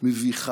מביכה.